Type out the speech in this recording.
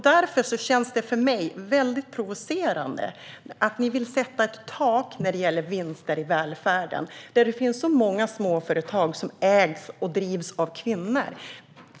Därför känns det för mig provocerande att ni vill sätta ett tak för vinster i välfärden där det finns så många små företag som ägs och drivs av kvinnor.